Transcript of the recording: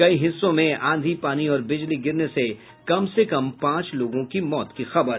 कई हिस्सों में आंधी पानी और बिजली गिरने से कम से कम पांच लोगों के मौत की खबर